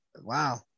Wow